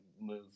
move